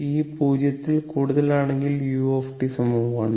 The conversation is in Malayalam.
t 0 ൽ കൂടുതലാണെങ്കിൽ u 1 ആണ്